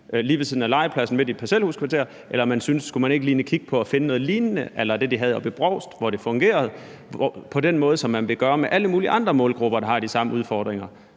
lige ved siden af legepladsen midt i et parcelhuskvarter, eller om man synes, at man lige skal kigge på at finde noget a la det, de havde oppe i Brovst, hvor det fungerede – på samme måde, som man ville gøre med alle mulige andre målgrupper, der har de samme udfordringer.